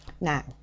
Now